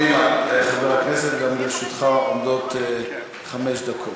קדימה, חבר הכנסת, גם לרשותך עומדות חמש דקות.